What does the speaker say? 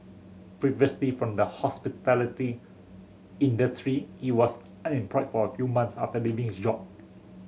previously from the hospitality industry he was unemployed for a few months after leaving his job